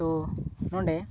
ᱛᱳ ᱱᱚᱸᱰᱮ